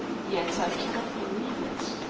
yet i cannot believe it.